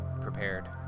prepared